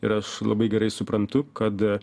ir aš labai gerai suprantu kad